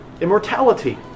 immortality